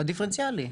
בדיפרנציאלי.